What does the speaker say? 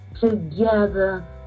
together